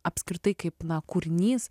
apskritai kaip na kūrinys